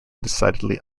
decidedly